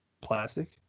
plastic